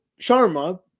Sharma